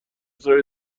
اصراری